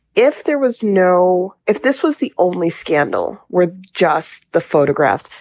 if there was no if this was the only scandal where just the photographs.